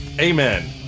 Amen